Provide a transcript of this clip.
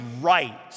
right